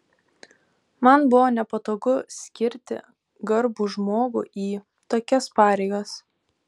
man buvo nepatogu skirti garbų žmogų į tokias pareigas